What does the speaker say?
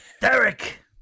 Derek